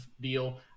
deal